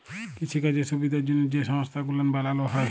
কিসিকাজের সুবিধার জ্যনহে যে সংস্থা গুলান বালালো হ্যয়